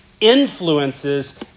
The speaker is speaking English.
influences